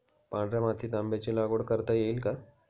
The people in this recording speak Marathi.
पांढऱ्या मातीत आंब्याची लागवड करता येईल का?